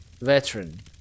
Veteran